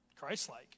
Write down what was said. Christ-like